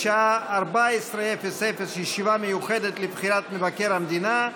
בשעה 14:00, ישיבה מיוחדת לבחירת מבקר המדינה,